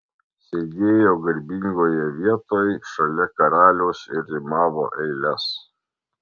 sėdėjo garbingoje vietoj šalia karaliaus ir rimavo eiles